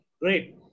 great